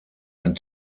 ein